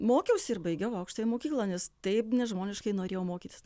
mokiausi ir baigiau aukštąją mokyklą nes taip nežmoniškai norėjau mokytis